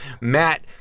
matt